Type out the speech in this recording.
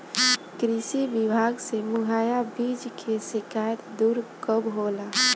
कृषि विभाग से मुहैया बीज के शिकायत दुर कब होला?